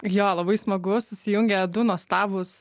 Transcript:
jo labai smagu susijungė du nuostabūs